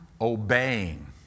obeying